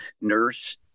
nurse